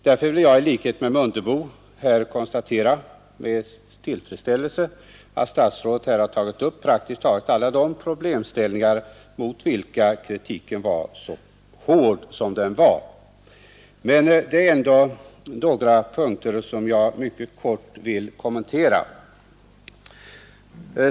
Därför vill jag i likhet med herr Mundebo med tillfredsställelse konstatera att statsrådet har tagit upp praktiskt taget alla de problemställningar mot vilka kritiken var så hård. Men det är ändå några punkter som jag mycket kort vill kommentera.